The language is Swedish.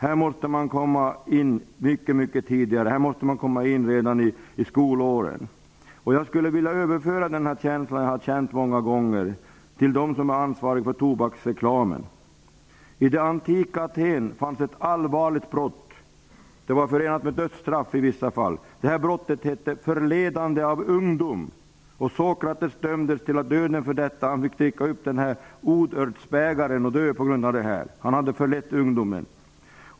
Vi måste börja mycket tidigare. Vi måste börja redan i skolåldern. Jag skulle vilja överföra den känslan till dem som är ansvariga för tobaksreklamen. I det antika Aten fanns ett allvarligt brott, förenat med dödsstraff i vissa fall. Brottet hette ''förledande av ungdom''. Sokrates dömdes till döden för detta brott. Han tvingades att tömma odörtsbägaren och därigenom dö. Han hade förlett ungdomen.